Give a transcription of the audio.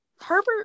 Herbert